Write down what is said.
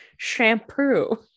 Shampoo